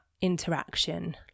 interaction